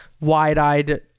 wide-eyed